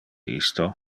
isto